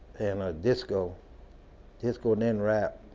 and disco disco then rap.